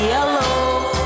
Yellow